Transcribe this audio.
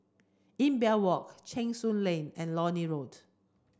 Imbiah Walk Cheng Soon Lane and Lornie Road